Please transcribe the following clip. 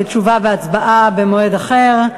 תשובה והצבעה במועד אחר.